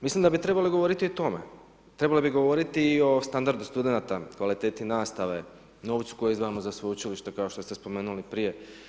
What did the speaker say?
Mislim da bi trebali govoriti o tome, trebali bi govoriti i o standardu studenata, kvaliteti nastave, novcu koji izdvajamo za sveučilišta kao što ste spomenuli prije.